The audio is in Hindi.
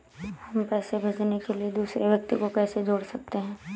हम पैसे भेजने के लिए दूसरे व्यक्ति को कैसे जोड़ सकते हैं?